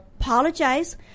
apologize